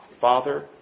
Father